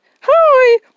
Hi